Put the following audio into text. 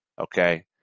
Okay